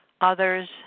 others